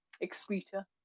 excreta